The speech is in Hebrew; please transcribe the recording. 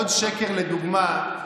עוד שקר לדוגמה,